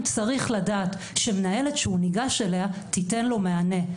צריך לדעת שמנהלת שהוא ניגש אליה תיתן לו מענה.